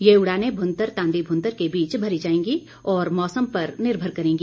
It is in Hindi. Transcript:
ये उड़ाने भुंतर तांदी भुंतर की बीच भरी जाएंगी और मौसम पर निर्भर करेंगी